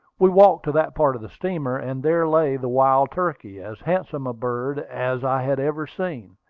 we walked to that part of the steamer, and there lay the wild turkey, as handsome a bird as i had ever seen.